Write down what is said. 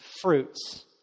fruits